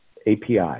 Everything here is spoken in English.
API